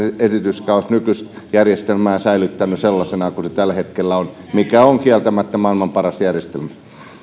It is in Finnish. esityksenne olisi nykyistä järjestelmää säilyttänyt sellaisena kuin se tällä hetkellä on mikä on kieltämättä maailman paras järjestelmä